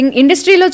industry